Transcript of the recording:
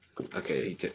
okay